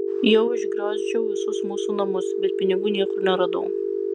jau išgriozdžiau visus mūsų namus bet pinigų niekur neradau